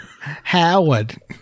Howard